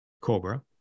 Cobra